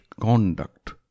Conduct